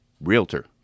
realtor